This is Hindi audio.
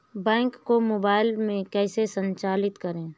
बैंक को मोबाइल में कैसे संचालित करें?